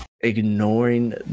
ignoring